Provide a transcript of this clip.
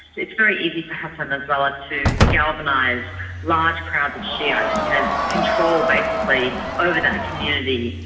it's very easy for hassan nasrallah to galvanise large crowds of shiites. he has control basically over that community.